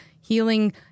healing